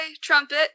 trumpet